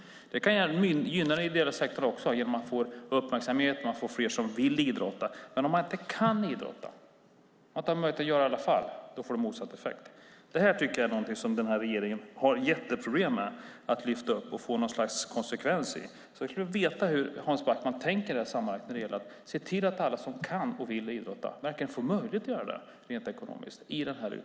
Det kan gynna den ideella sektorn också, genom att man får uppmärksamhet och fler som vill idrotta, men om det inte finns möjlighet att idrotta i alla fall får det motsatt effekt. Detta är någonting som denna regering har jätteproblem med att lyfta fram och få något slags konsekvens i. Jag skulle vilja veta hur Hans Backman tänker när det gäller att se till att alla som kan och vill idrotta verkligen får möjlighet att göra det rent ekonomiskt.